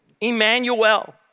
Emmanuel